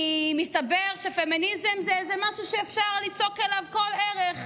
מסתבר שפמיניזם זה איזה משהו שאפשר ליצוק אליו כל ערך,